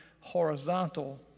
horizontal